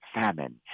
famine